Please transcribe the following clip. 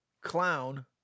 clown